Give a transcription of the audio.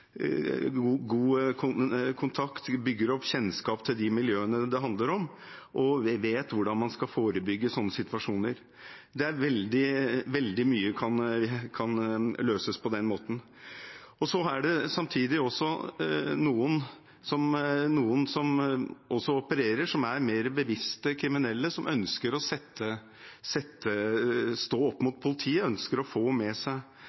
vet hvordan man skal forebygge slike situasjoner. Veldig mye kan løses på den måten. Så er det samtidig også noen som opererer som er mer bevisste kriminelle, som ønsker å sette seg opp mot politiet, ønsker å få med seg